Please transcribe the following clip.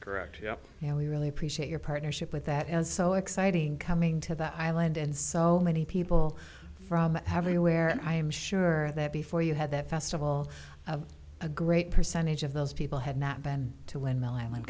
correct yeah you know we really appreciate your partnership with that is so exciting coming to the island and so many people from having aware i'm sure that before you had that festival of a great percentage of those people had not been to windmill island